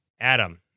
Adam